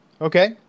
Okay